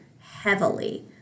heavily